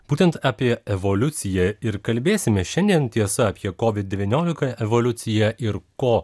būtent apie evoliuciją ir kalbėsime šiandien tiesa apie kovid devyniolika evoliuciją ir ko